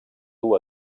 duu